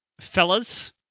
fellas